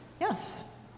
Yes